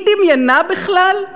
היא דמיינה בכלל,